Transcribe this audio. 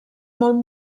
molt